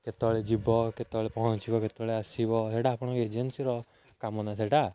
କେତେବେଳେ ଯିବ କେତେବେଳେ ପହଞ୍ଚିବ କେତେବେଳେ ଆସିବ ସେଇଟା ଆପଣଙ୍କ ଏଜେନ୍ସିର କାମନା ସେଇଟା